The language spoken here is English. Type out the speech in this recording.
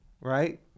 right